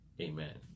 amen